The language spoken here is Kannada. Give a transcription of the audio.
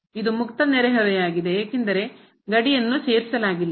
ಇದು ಮುಕ್ತ ನೆರೆಹೊರೆಯಾಗಿದೆ ಏಕೆಂದರೆ ಗಡಿಯನ್ನು ಸೇರಿಸಲಾಗಿಲ್ಲ